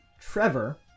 Trevor